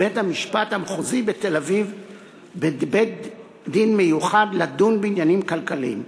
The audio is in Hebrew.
בית-המשפט המחוזי בתל-אביב לבית-דין מיוחד לדון בעניינים כלכליים.